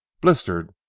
blistered